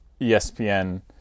espn